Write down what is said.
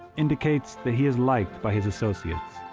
indicates that he is liked by his associates.